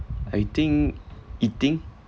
I think eating